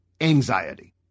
anxiety